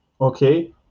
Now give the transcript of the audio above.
okay